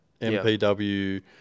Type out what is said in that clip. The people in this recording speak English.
mpw